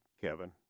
Kevin